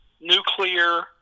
nuclear